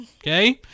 okay